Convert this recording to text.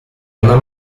una